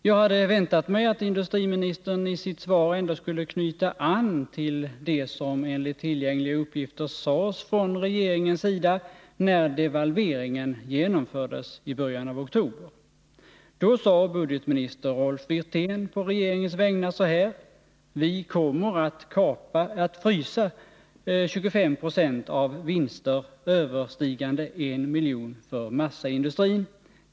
Jag hade väntat mig att industriministern i sitt svar ändå skulle knyta an till det som enligt tillgängliga uppgifter sades från regeringens sida när devalveringen genomfördes i början av oktober. Då sade budgetminister Rolf Wirtén på regeringens vägnar så här: ”Vi kommer att frysa 25 procent av vinster överstigande en miljon kronor för massaindustrin.